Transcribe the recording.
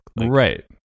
right